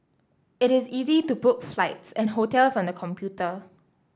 it is easy to book flights and hotels on the computer